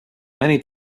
many